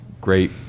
great